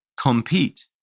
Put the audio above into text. Compete